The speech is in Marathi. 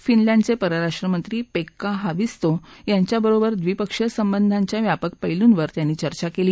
फिनलँडचे परराष्ट्रमंत्री पेक्का हाविस्तो यांच्याबरोबर द्विपक्षीय संबंधांच्या व्यापक पूलूंवर चर्चा केली